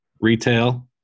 retail